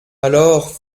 alors